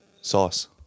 sauce